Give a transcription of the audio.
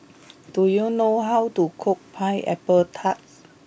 do you know how to cook pineapple Tart